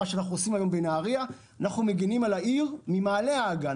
אנחנו מגינים היום על העיר נהריה ממעלה האגן.